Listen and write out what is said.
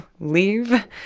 leave